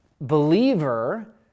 believer